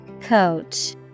Coach